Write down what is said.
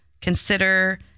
Consider